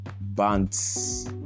bands